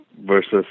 versus